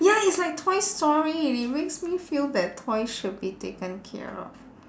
ya it's like toy story it makes me feel that toys should be taken care of